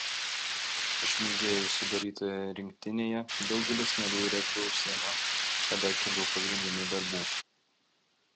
iš mėgėjų sudarytoje rinktinėje daugelis narių regbiu užsiima šalia kelių pagrindinių darbų